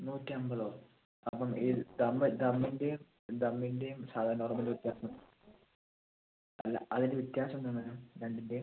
നൂറ്റി അമ്പതോ അപ്പം ഈ ദം ദമ്മിൻ്റെയും ദമ്മിൻ്റെയും സാദാ നോർമൽ വ്യത്യാസം അല്ല അതിൻ്റ വ്യത്യാസം എന്താണ് മാഡം രണ്ടിൻ്റെയും